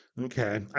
Okay